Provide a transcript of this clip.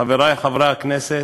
חברי חברי הכנסת,